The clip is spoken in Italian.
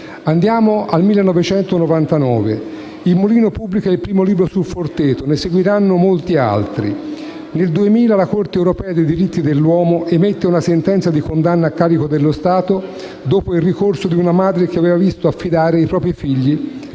Andiamo al 1999. «Il Mulino» pubblica il primo libro sul Forteto e ne seguiranno molti altri. Nel 2000 la Corte europea dei diritti dell'uomo emette una sentenza di condanna a carica dello Stato dopo il ricorso di una madre che aveva visto affidare i propri figli